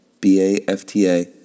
BAFTA